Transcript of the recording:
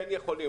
כן יכולים,